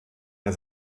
der